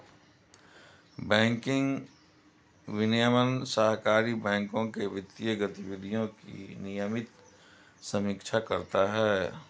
banking विनियमन सहकारी बैंकों के वित्तीय गतिविधियों की नियमित समीक्षा करता है